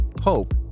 Hope